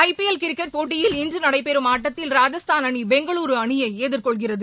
ஐ P L cricket போட்டியில் இன்று நடைபெறும் ஆட்டத்தில் ராஜஸ்தான் அணி பெங்களூரூ அணியை எதிர்கொள்கிறது